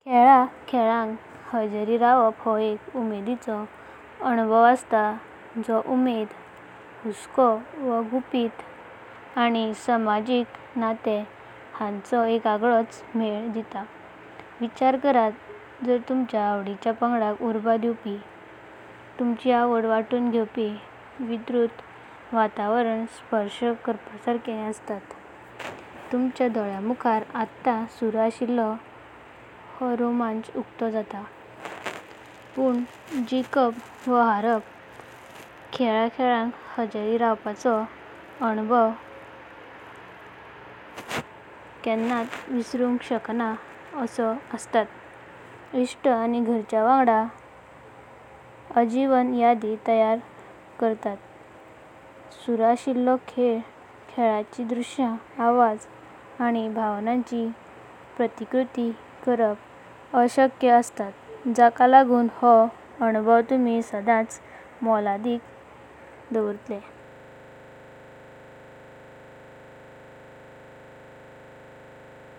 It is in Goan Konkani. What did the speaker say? खेळां खेळाका हजिरी रवापा हो एक उमेदिचो अनुभव असता। जो उम्मीद, हुस्कों वा घुपीटा आनी समाजिक नातें हांचो एका आगळोचा मेला देता। विचार करता, तुमच्या आवडीच्या पांगडा उरबा दिवपी, तुमची आवड वांटून घेवपी। विद्युत वातावरण स्पर्श करपासारके असता। तुमच्या डोल्यां मुखार "आता सुरू अशिल्ल" रोमांच उकतो जाता। पण जिखपाव हारापा, खेळां खेळाका हजीरा रवापाचो अनुभव "केंना विसरू येना असो असता। इष्ट आनी गरचया वांगडा अजीवन यादी तयार करता। सुरू अशिल्लेया खेळांतालिन दृश्यं, आवाज आनी भावनााची प्रतिक्रीति करपा अशक्या असता। जका लगून हो अनुभव तुंमि सदांचो मोलदीका आठाशावे।